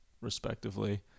respectively